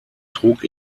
trug